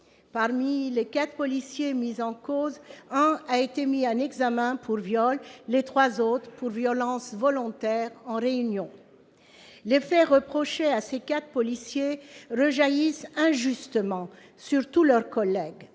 Parmi les quatre policiers mis en cause, l'un a été mis en examen pour viol, les trois autres pour violences volontaires en réunion. Les faits reprochés à ces quatre policiers rejaillissent injustement sur tous leurs collègues,